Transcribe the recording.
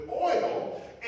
oil